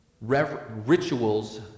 Rituals